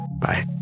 Bye